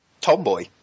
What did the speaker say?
Tomboy